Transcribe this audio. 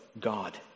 God